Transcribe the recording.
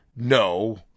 no